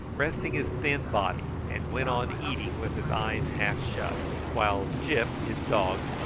resting his thin body, and went on eating with his eyes half shut while gyp, his dog,